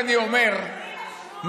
קוראים להן לוחמות.